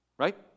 Right